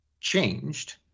changed